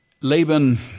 Laban